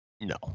No